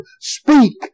speak